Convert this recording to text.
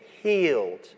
healed